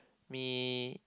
me